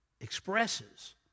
expresses